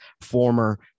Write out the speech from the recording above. former